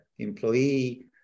employee